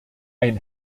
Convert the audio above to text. ein